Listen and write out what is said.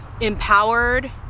empowered